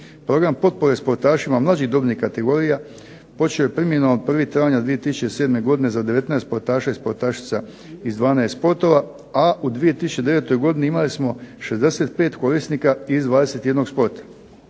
Program potpore sportašima mlađih dobnih kategorija počeo je primjenom 1. travnja 2007. godine za 19 sportaša i sportašica iz 12 sportova, a u 2009. godini imali smo 65 korisnika iz 21 sporta.